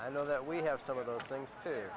i know that we have some of those things